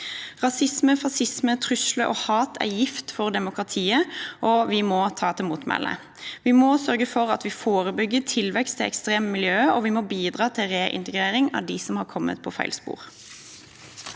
Rasisme, fascisme, trusler og hat er gift for demokratiet, og vi må ta til motmæle. Vi må sørge for at vi forebygger tilvekst i ekstreme miljøer, og vi må bidra til reintegrering av dem som har kommet på feil spor.